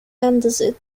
andesite